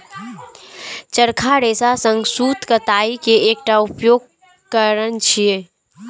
चरखा रेशा सं सूत कताइ के एकटा उपकरण छियै